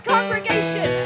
congregation